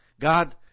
God